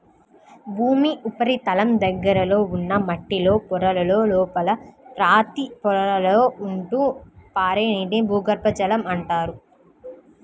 భూమి ఉపరితలం దగ్గరలో ఉన్న మట్టిలో పొరలలో, లోపల రాతి పొరలలో ఉంటూ పారే నీటిని భూగర్భ జలం అంటారు